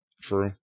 True